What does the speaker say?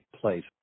place